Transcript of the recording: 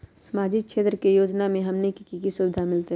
सामाजिक क्षेत्र के योजना से हमनी के की सुविधा मिलतै?